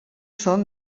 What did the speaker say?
són